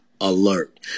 alert